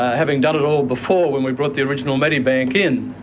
having done it all before, when we brought the original medibank in.